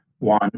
One